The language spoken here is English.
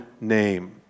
name